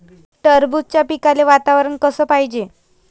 टरबूजाच्या पिकाले वातावरन कस पायजे?